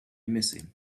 missing